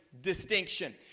distinction